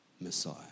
Messiah